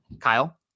Kyle